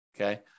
okay